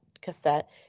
cassette